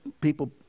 people